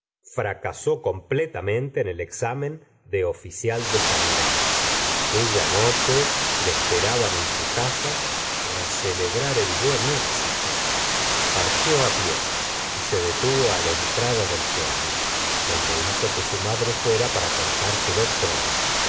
fracasé completamente en el exámen de oficial de sanidad aquella noche le esperaban en su casa para celebrar el buen éxito partió á pie y se detuvo la entrada del pueblo donde hizo que su madre fuera para contárselo todo